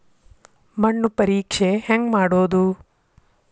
ಮಣ್ಣು ಪರೇಕ್ಷೆ ಹೆಂಗ್ ಮಾಡೋದು?